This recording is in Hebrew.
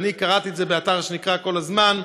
ואני קראתי את זה באתר שנקרא "כל הזמן"